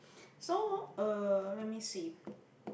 so uh let me see